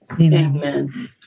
Amen